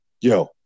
Yo